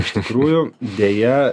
iš tikrųjų deja